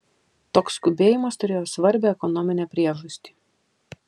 toks skubėjimas turėjo svarbią ekonominę priežastį